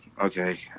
okay